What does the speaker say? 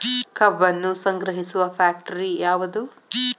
ಕಬ್ಬನ್ನು ಸಂಗ್ರಹಿಸುವ ಫ್ಯಾಕ್ಟರಿ ಯಾವದು?